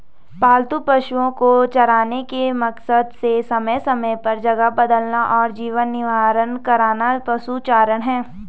पालतू पशुओ को चराने के मकसद से समय समय पर जगह बदलना और जीवन निर्वाह करना पशुचारण है